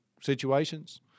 situations